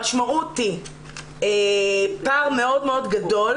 המשמעות היא פער מאוד מאוד גדול